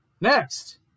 Next